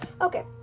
Okay